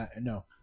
no